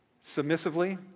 submissively